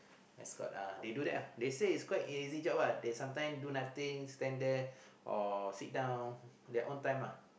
escort uh they do that uh they said its quite easy job uh they sometimes do nothing stand there or sit down their own time ah